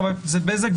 חברת הכנסת בזק,